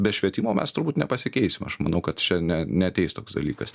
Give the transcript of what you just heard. be švietimo mes turbūt nepasikeisim aš manau kad čia ne neateis toks dalykas